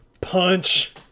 Punch